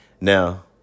Now